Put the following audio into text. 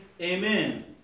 Amen